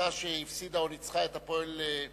קבוצה שהפסידה או ניצחה את "הפועל ראש-העין"